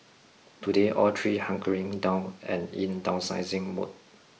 today all three hunkering down and in downsizing mode